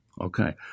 okay